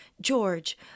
George